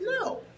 No